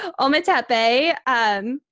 Ometepe